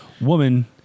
woman